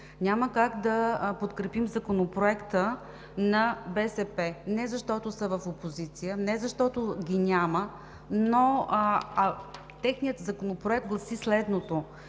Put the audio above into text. Няма как да подкрепим Законопроекта на БСП не защото са в опозиция, не защото ги няма, но техният Законопроект гласи следното: